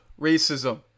Racism